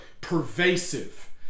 pervasive